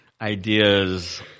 ideas